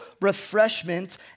refreshment